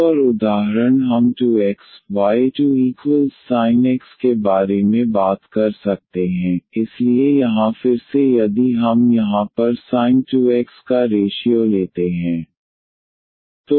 एक और उदाहरण हम 2x y2sin x के बारे में बात कर सकते हैं इसलिए यहाँ फिर से यदि हम यहाँ sin x पर sin 2x का रेशीओ लेते हैं